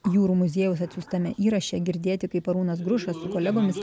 jūrų muziejaus atsiųstame įraše girdėti kaip arūnas grušas su kolegomis